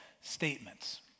statements